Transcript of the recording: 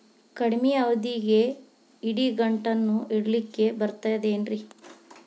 ಕಡಮಿ ಅವಧಿಗೆ ಇಡಿಗಂಟನ್ನು ಇಡಲಿಕ್ಕೆ ಬರತೈತೇನ್ರೇ?